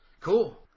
Cool